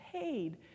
paid